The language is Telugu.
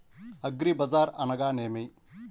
అగ్రిబజార్ అనగా నేమి?